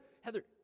Heather